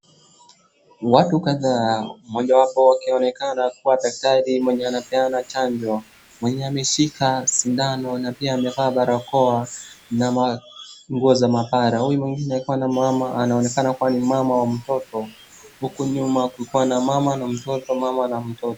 Watu kadhaa mojawapo akionekana kama dakatari mwenye anapeana chanjo mwenye ameshika sindano na pia amevaa barakoa na nguo za maabara. Huyu mwingine akiwa na mama anaonekana kuwa ni mama wa mtoto. Huku nyuma kukiwa na mama na mtoto mama na mtoto.